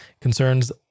concerns